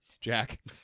Jack